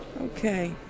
Okay